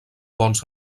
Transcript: bons